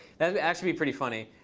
that would actually be pretty funny.